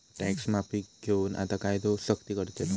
tax माफीक घेऊन आता कायदो सख्ती करतलो